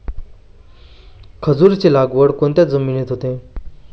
खजूराची लागवड कोणत्या जमिनीत होते?